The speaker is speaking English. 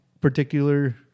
particular